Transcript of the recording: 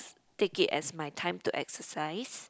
take it as my time to exercise